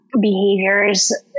behaviors